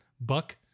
buck